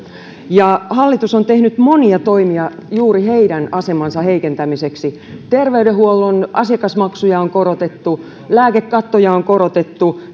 hallitus on tehnyt monia toimia juuri heidän asemansa heikentämiseksi terveydenhuollon asiakasmaksuja on korotettu lääkekattoja on korotettu